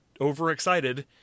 overexcited